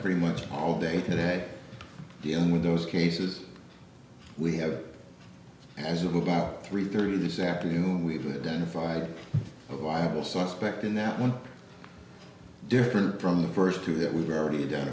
pretty much all day today dealing with those cases we have as of about three thirty this afternoon we've identified a viable suspect in that one differ from the first two that we've already